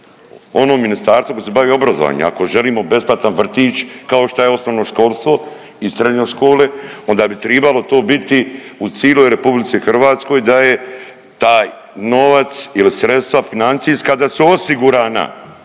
ono ministarstvo koje se bavi obrazovanjem. Ako želimo besplatan vrtić kao šta je osnovno školstvo i srednje škole onda bi tribalo to biti u ciloj RH da je taj novac ili sredstva financijska da su osigurana